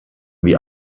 wie